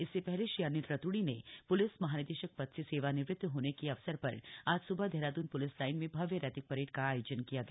इससे पहले श्री अनिल रतूड़ी के प्लिस महानिदेशक पद से सेवानिवृत्त होने के अवसर पर आज सुबह देहरादून पुलिस लाइन में भव्य रैतिक परेड का आयोजन किया गया